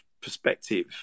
perspective